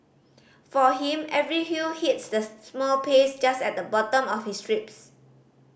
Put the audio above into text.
for him every hue hits the small pace just at the bottom of his ribs